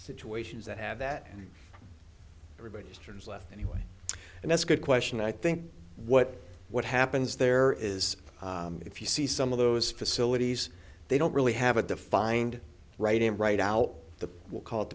situations that have that everybody's turns left anyway and that's a good question i think what what happens there is if you see some of those facilities they don't really have a defined right and right out the call